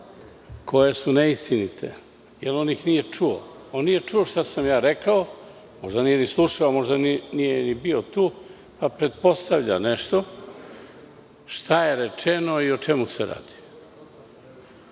koje su neistinite, jer on ih nije čuo. On nije čuo šta sam rekao. Možda nije ni slušao, možda nije ni bio tu, a pretpostavlja nešto šta je rečeno i o čemu se radi. Prvo